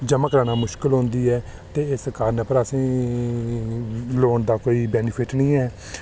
जमा कराना मुश्कल होई जंदी ऐ ते इस कारण असें ई लोन दा कोई बैनीफिट निं ऐ